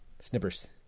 Snippers